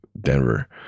denver